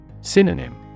Synonym